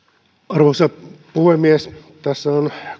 arvoisa puhemies tässä on